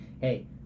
hey